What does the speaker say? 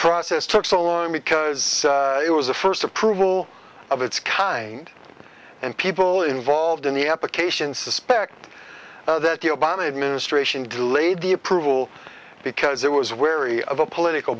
process took so long because it was the first approval of its kind and people involved in the application suspect that the obama administration delayed the approval because it was wary of a political